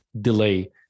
delay